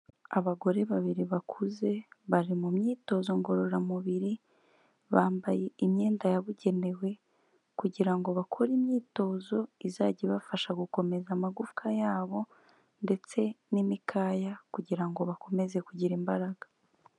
Abagore babiri bakuze bari mu myitozo ngororamubiri, bambaye imyenda yabugenewe kugira ngo bakore imyitozo izajya ibafasha gukomeza amagufwa yabo ndetse n'imikaya kugira ngo bakomeze kugira imbaraga.